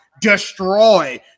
destroy